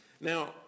Now